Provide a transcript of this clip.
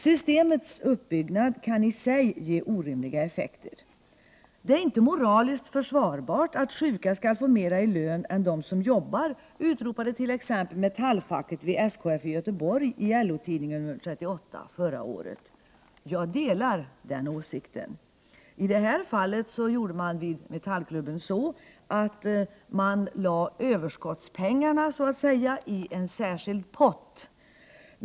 Systemets uppbyggnad kan i sig ge orimliga effekter. ”Det är inte moraliskt försvarbart att sjuka skall få mer i lön än de som jobbar”, utropade t.ex. Metallfacket vid SKF i Göteborg i LO-tidningen nr 38 förra året. Jag delar den åsikten. I det här fallet gjorde man i Metallklubben så, att man lade ”överskottspengarna” i en särskild pott.